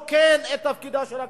לרוקן את תפקידה של הכנסת.